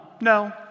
No